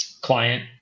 client